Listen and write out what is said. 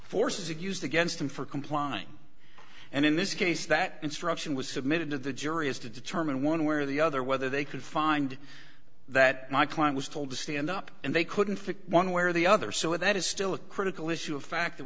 forces it used against him for complying and in this case that instruction was submitted to the jury is to determine one where the other whether they could find that my client was told to stand up and they couldn't fix one way or the other so that is still a critical issue a fact